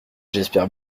j’espère